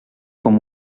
com